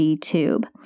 tube